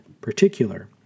particular